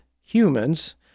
humans